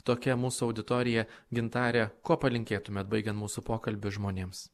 tokia mūsų auditorija gintare ko palinkėtumėt baigiant mūsų pokalbį žmonėms